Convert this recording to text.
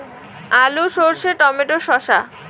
আলু সর্ষে টমেটো শসা